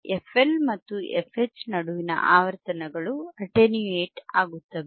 FL ಮತ್ತು FH ನಡುವಿನ ಆವರ್ತನಗಳು ಅಟೆನ್ಯೂಯೇಟ್ ಆಗುತ್ತವೆ